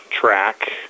track